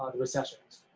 recessions.